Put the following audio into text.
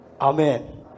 Amen